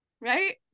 right